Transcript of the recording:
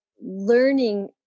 learning